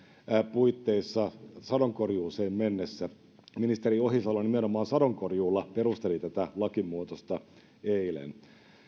puitteissa sadonkorjuuseen mennessä ministeri ohisalo nimenomaan sadonkorjuulla perusteli tätä lakimuutosta eilen